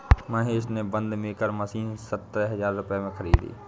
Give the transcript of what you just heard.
महेश ने बंद maker machine सतरह हजार रुपए में खरीदी